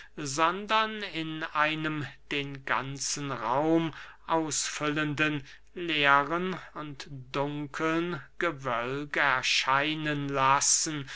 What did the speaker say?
sondern in einem den ganzen raum ausfüllenden leeren und dunkeln gewölk erscheinen lassen